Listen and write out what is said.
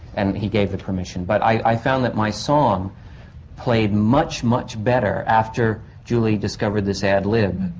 and he gave the permission. but i. i found that my song played much, much better after julie discovered this ad lib.